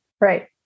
Right